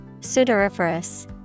sudoriferous